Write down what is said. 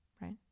Right